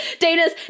Dana's